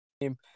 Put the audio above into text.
team